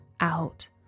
out